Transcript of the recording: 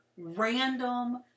Random